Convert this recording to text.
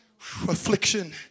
Affliction